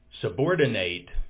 subordinate